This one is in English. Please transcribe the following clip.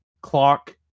clock